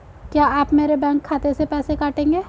क्या आप मेरे बैंक खाते से पैसे काटेंगे?